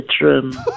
bedroom